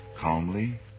calmly